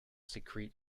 secrete